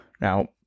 Now